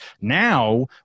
now